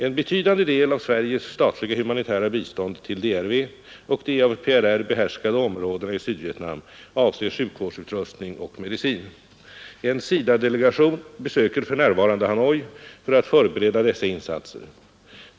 En betydande del av Sveriges statliga humanitära bistånd till DRV och de av PRR behärskade områdena i Sydvietnam avser sjukvårdsutrustning och medicin. En SIDA-delegation besöker för närvarande Hanoi för att förbereda dessa insatser.